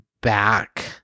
back